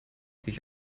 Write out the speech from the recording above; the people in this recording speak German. sich